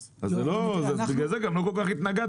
אז בגלל זה גם לא כל כך התנגדתם.